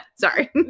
Sorry